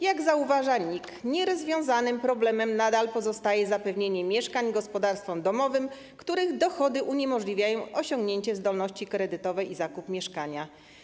Jak zauważa NIK: Nierozwiązanym problemem nadal pozostaje zapewnienie mieszkań gospodarstwom domowym, których dochody uniemożliwiają osiągnięcie zdolności kredytowej i zakup mieszkania.